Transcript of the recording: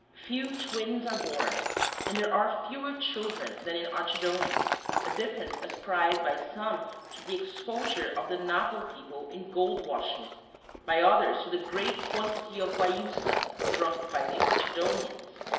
few twins are born and there are fewer children than in archidona a difference ascribed by some to the exposure of the napo people in gold washing by others to the greater quantity of guayusa drunk by the archidonians.